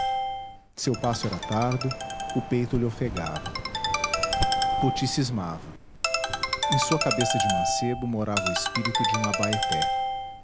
seu passo era tardo o peito lhe ofegava poti cismava em sua cabeça de mancebo morava o espírito de um abaeté